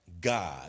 God